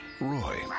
Roy